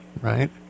Right